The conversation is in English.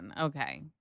Okay